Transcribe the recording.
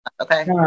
okay